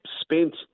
spent